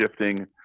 shifting